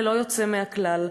ללא יוצא מהכלל,